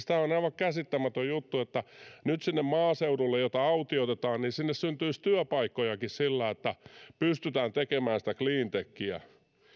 tämä on aivan käsittämätön juttu että nyt sinne maaseudulle jota autioitetaan syntyisi työpaikkojakin sillä että pystyttäisiin tekemään sitä cleantechiä